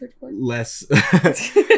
less